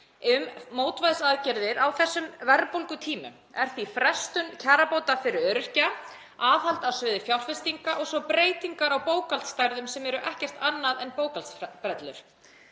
um mótvægisaðgerðir á þessum verðbólgutímum eru því frestun kjarabóta fyrir öryrkja, aðhald á sviði fjárfestinga og svo breytingar á bókhaldsstærðum sem eru ekkert annað en bókhaldsbrellur.